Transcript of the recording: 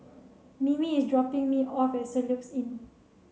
Mimi is dropping me off at Soluxe Inn